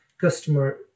customer